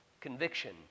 conviction